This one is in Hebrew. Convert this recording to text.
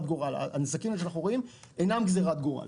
הנזקים שאנו רואים אינם גזרת גורל.